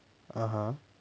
(uh huh)